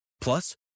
Plus